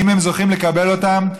אם הם זוכים לקבל אותם.